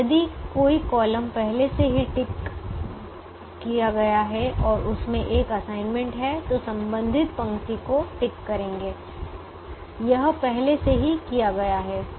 यदि कोई कॉलम पहले से ही टिक गया है और उसमें एक असाइनमेंट है तो संबंधित पंक्ति को टिक करेंगे यह पहले से ही किया गया है